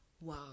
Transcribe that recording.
wow